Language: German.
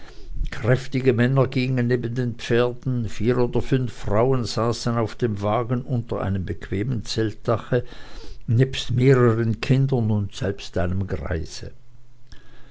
kräftige männer gingen neben den pferden vier oder fünf frauen saßen auf dem wagen unter einem bequemen zeltdache nebst mehreren kindern und selbst einem greise